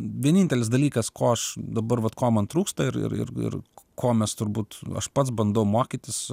vienintelis dalykas ko aš dabar vat ko man trūksta ir ir ir ko mes turbūt aš pats bandau mokytis